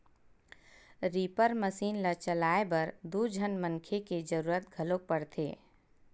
reaper machine ल चलाए बर दू झन मनखे के जरूरत घलोक परथे